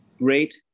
great